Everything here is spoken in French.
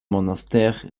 monastère